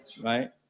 right